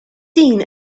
seen